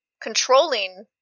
controlling